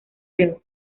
field